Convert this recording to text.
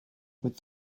with